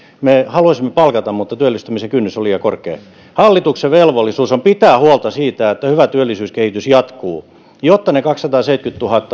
he haluaisivat palkata mutta työllistämisen kynnys on liian korkea hallituksen velvollisuus on pitää huolta siitä että hyvä työllisyyskehitys jatkuu jotta ne kaksisataaseitsemänkymmentätuhatta